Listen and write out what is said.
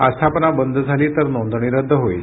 आस्थापना बंद झाली तर नोंदणी रद्द होईल